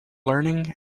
learning